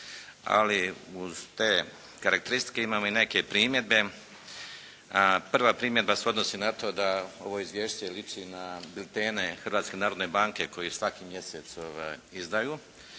ali uz te karakteristike imamo i neke primjedbe. Prva primjedba se odnosi na to da ovo Izvješće liči na biltene Hrvatske narodne banke koje svaki mjesec izdaju.